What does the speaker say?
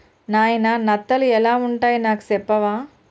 నాయిన నత్తలు ఎలా వుంటాయి నాకు సెప్పవా